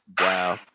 Wow